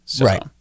Right